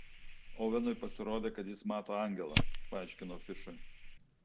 ovenui pasirodė kad jis mato angelą paaiškinau fišui